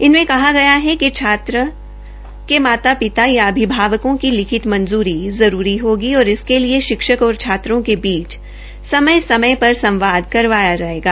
इनमें कहा गया है कि छात्र क माता पिता या अभिभावकों की लिखित मंजूरी जरूरी होगी और इसके लिए शिक्षक और छात्रों की बीच समय समय पर संवाद करवाया जायेगा